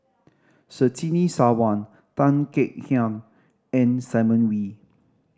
Surtini Sarwan Tan Kek Hiang and Simon Wee